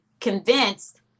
convinced